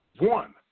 One